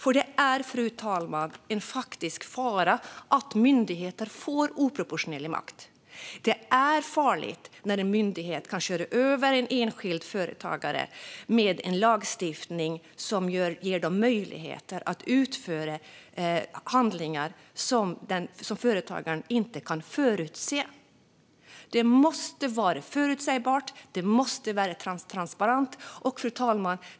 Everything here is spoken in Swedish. För det är, fru talman, en faktisk fara att myndigheter får oproportionerlig makt. Det är farligt när en myndighet kan köra över en enskild företagare med en lagstiftning som ger myndigheten möjligheter att utföra handlingar som företagaren inte kan förutse. Det måste vara förutsägbart, och det måste var transparent.